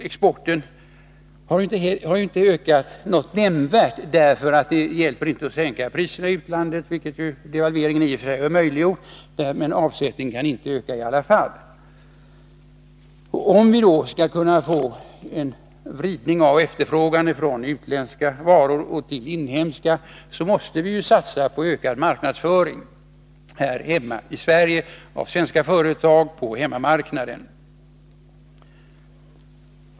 Exporten har inte heller ökats nämnvärt. Det hjälper inte att sänka priserna i utlandet — vilket devalveringen i och för sig har möjliggjort. Avsättningen kan i alla fall inte öka. Om vi då skall få en vridning av efterfrågan från utländska varor till inhemska, måste vi satsa på ökad marknadsföring här hemma i Sverige, av svenska företag på hemmamarknaden.